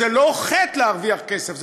וזה לא חטא להרוויח כסף,